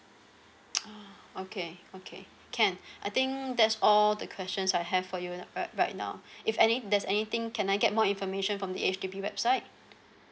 ah okay okay can I think that's all the questions I have for you uh right now if any there's anything can I get more information from the H_D_B website